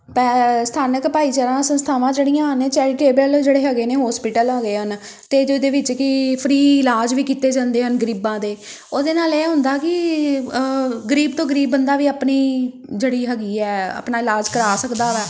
ਭ ਸਥਾਨਕ ਭਾਈਚਾਰਾ ਸੰਸਥਾਵਾਂ ਜਿਹੜੀਆਂ ਆ ਨੇ ਚੈਰੀਟੇਬਲ ਜਿਹੜੇ ਹੈਗੇ ਨੇ ਹੋਸਪਿਟਲ ਹੋ ਗਏ ਹਨ ਅਤੇ ਜਿਹਦੇ ਵਿੱਚ ਕਿ ਫਰੀ ਇਲਾਜ ਵੀ ਕੀਤੇ ਜਾਂਦੇ ਹਨ ਗਰੀਬਾਂ ਦੇ ਉਹਦੇ ਨਾਲ ਇਹ ਹੁੰਦਾ ਕਿ ਗਰੀਬ ਤੋਂ ਗਰੀਬ ਬੰਦਾ ਵੀ ਆਪਣੀ ਜਿਹੜੀ ਹੈਗੀ ਹੈ ਆਪਣਾ ਇਲਾਜ ਕਰਵਾ ਸਕਦਾ ਹੈ